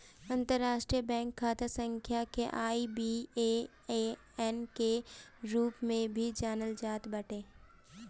अंतरराष्ट्रीय बैंक खाता संख्या के आई.बी.ए.एन के रूप में भी जानल जात बाटे